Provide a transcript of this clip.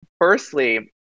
firstly